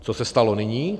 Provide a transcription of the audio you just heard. Co se stalo nyní?